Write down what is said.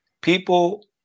people